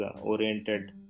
oriented